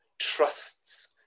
trusts